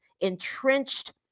entrenched